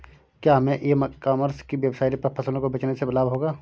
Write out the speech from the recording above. क्या हमें e commerce की वेबसाइट पर फसलों को बेचने से लाभ होगा?